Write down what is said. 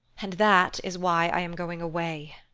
and that is why i am going away.